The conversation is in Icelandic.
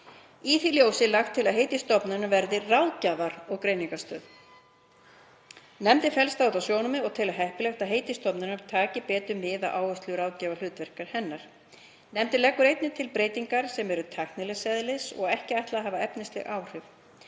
Í því ljósi er lagt til að heiti stofnunarinnar verði Ráðgjafar- og greiningarstöð. Nefndin fellst á þetta sjónarmið og telur heppilegra að heiti stofnunarinnar taki betur mið af áherslu á ráðgjafarhlutverk hennar. Nefndin leggur einnig til breytingar sem eru tæknilegs eðlis og ekki ætlað að hafa efnisleg áhrif.